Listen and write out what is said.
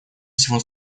всего